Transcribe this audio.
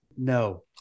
No